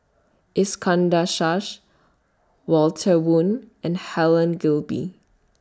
Iskandar Shah Walter Woon and Helen Gilbey